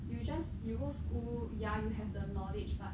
you just you go school yeah you have the knowledge but